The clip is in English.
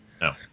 No